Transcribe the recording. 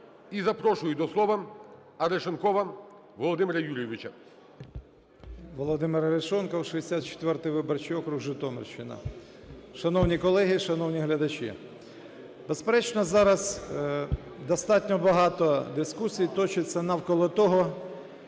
І запрошую до слова Арешонкова Володимира Юрійовича. 10:11:01 АРЕШОНКОВ В.Ю. Володимир Арешонков, 64 виборчий округ, Житомирщина. Шановні колеги, шановні глядачі, безперечно, зараз достатньо багато дискусій точиться навколо того,